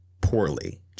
poorly